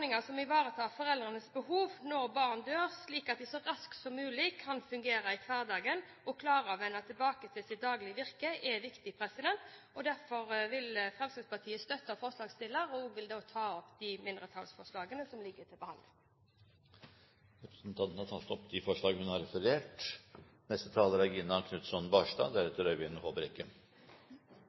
vende tilbake til sitt daglige virke, er viktig. Derfor vil Fremskrittspartiet støtte forslagsstillerne og vil ta opp de mindretallsforslagene som ligger til behandling. Representanten Solveig Horne har tatt opp de forslag hun refererte til. Saksordføreren, Ramsøy, har